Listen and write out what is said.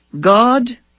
God